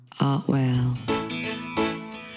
Artwell